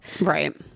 Right